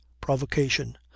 provocation